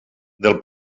del